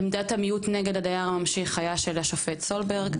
עמדת המיעוט נגד הדייר הממשיך היה של השופט סולברג,